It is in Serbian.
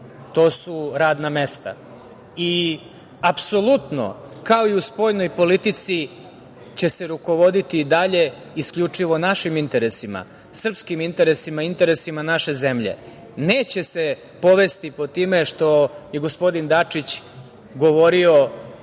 to su radna mesta i apsolutno, kao i u spoljnoj politici, će se rukovoditi i dalje i isključivo našim interesima, srpskim interesima, interesima naše zemlje. Neće se povesti time što je gospodin Dačić govorio,